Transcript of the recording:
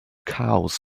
cows